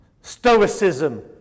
Stoicism